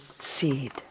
seed